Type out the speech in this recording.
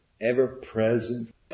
ever-present